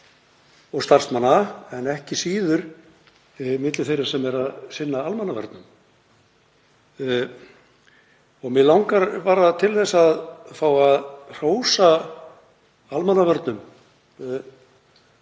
og starfsmanna en ekki síður milli þeirra sem eru að sinna almannavörnum. Mig langar bara til að fá að hrósa almannavörnum